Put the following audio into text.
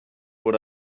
what